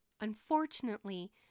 Unfortunately